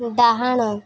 ଡାହାଣ